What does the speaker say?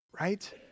right